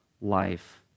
life